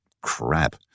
crap